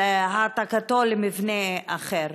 למבנה אחר.